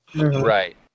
Right